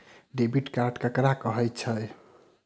Debit card ककरा कहै छै?